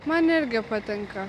man irgi patinka